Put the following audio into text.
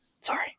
sorry